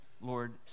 lord